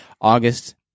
August